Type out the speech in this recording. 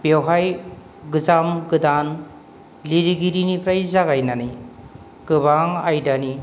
बेयावहाय गोजाम गोदान लिरगिनिफ्राय जानानै गोबां आयदानि